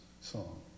song